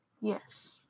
Yes